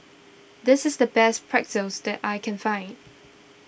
this is the best Pretzel that I can find